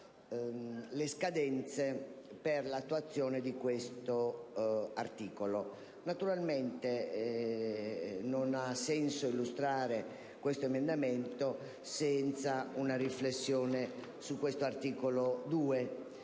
le scadenze per l'attuazione di questo articolo. Naturalmente non ha senso illustrare questo emendamento senza una riflessione sull'articolo 2,